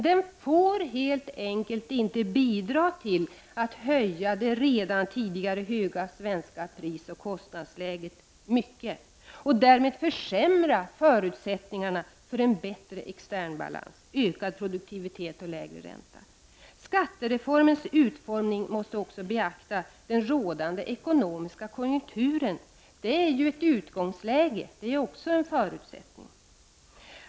Den får helt enkelt inte bidra till att höja det redan tidigare höga svenska prisoch kostnadsläget så mycket mer och därmed försämra förutsättningarna för en bättre externbalans, ökad produktivitet och lägre ränta. Vid skattereformens utformning måste man också beakta den rådande ekonomiska konjunkturen. Det är ju ett utgångsläge och en förutsättning.